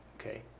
Okay